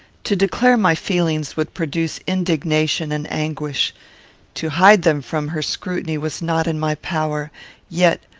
to declare my feelings would produce indignation and anguish to hide them from her scrutiny was not in my power yet,